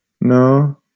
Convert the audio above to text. No